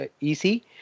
easy